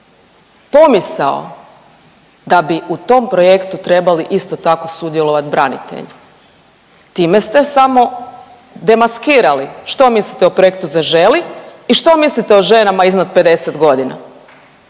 pomisao da bi u tom projektu trebali isto tako sudjelovati branitelji. Time ste samo demaskirali što mislite o projektu „Zaželi“ i što mislite o ženama iznad 50.g., za